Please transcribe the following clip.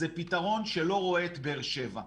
זה פתרון שלא רואה את באר שבע,